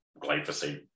glyphosate